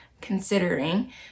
considering